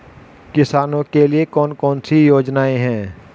किसानों के लिए कौन कौन सी योजनाएं हैं?